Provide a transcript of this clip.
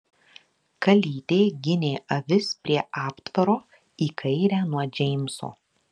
kalytė ginė avis prie aptvaro į kairę nuo džeimso